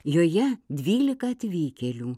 joje dvylika atvykėlių